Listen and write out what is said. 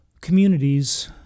communities